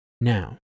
Now